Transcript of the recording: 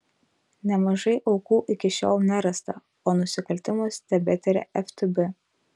nemažai aukų iki šiol nerasta o nusikaltimus tebetiria ftb